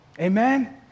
Amen